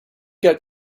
got